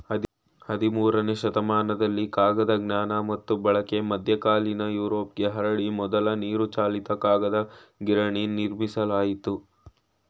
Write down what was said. ಹದಿಮೂರನೇ ಶತಮಾನದಲ್ಲಿ ಕಾಗದ ಜ್ಞಾನ ಮತ್ತು ಬಳಕೆ ಮಧ್ಯಕಾಲೀನ ಯುರೋಪ್ಗೆ ಹರಡಿ ಮೊದಲ ನೀರುಚಾಲಿತ ಕಾಗದ ಗಿರಣಿ ನಿರ್ಮಿಸಲಾಯಿತು